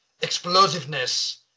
explosiveness